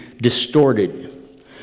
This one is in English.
distorted